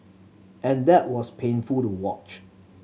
and that was painful to watch